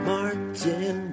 Martin